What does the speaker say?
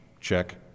check